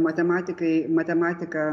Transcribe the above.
matematikai matematiką